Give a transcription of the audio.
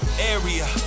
area